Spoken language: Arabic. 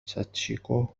ساتشيكو